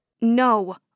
No